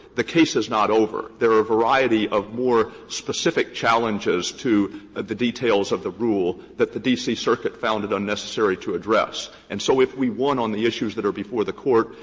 the case is not over. there are a variety of more specific challenges to the details of the rule that the d c. circuit found it unnecessary to address. and so if we won on the issues that are before the court,